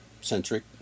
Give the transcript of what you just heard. centric